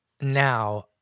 now